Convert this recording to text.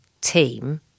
team